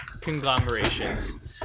conglomerations